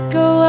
go